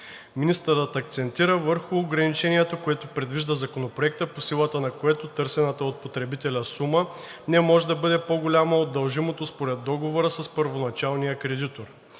Министърът акцентира върху ограничението, което предвижда Законопроектът, по силата на което търсената от потребителя сума не може да бъде по-голяма от дължимото според договора с първоначалния кредитор.